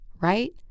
right